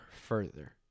further